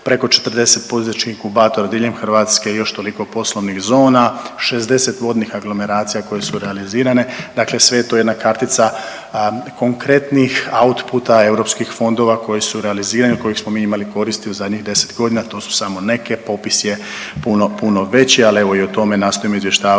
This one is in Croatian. preko 40 poduzetničkih inkubatora diljem Hrvatske i još toliko poslovnih zona, 60 vodnih aglomeracija koje su realizirane. Dakle, sve je to jedna kartica konkretnih outputa europskih fondova koji su realizirani, od kojih smo mi imali koristi u zadnjih 10 godina. To su samo neke. Popis je puno, puno veći ali evo i o tome nastojimo izvještavati